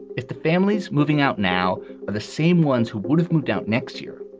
if the families moving out now are the same ones who would have moved out next year,